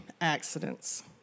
accidents